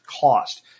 cost